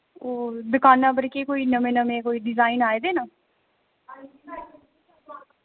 ओ दुकाना पर कोई केह् नमें नमें डिजाइन आए दे न